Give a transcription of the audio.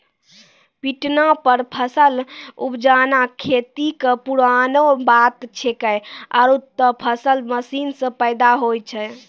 पिटना पर फसल उपजाना खेती कॅ पुरानो बात छैके, आबॅ त फसल मशीन सॅ पैदा होय छै